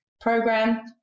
program